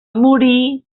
morir